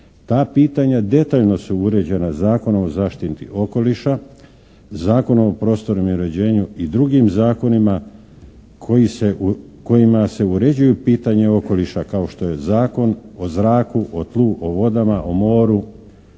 Ta pitanja detaljno su uređena Zakonom o zaštiti okoliša, Zakonom o prostornom uređenju i drugim zakonima kojima se uređuju pitanja okoliša kao što je Zakon o zraku, o tlu, o vodama, o moru,